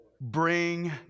Bring